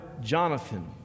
Jonathan